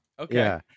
Okay